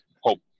hope